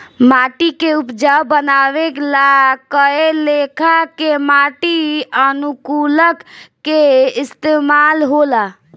माटी के उपजाऊ बानवे ला कए लेखा के माटी अनुकूलक के इस्तमाल होला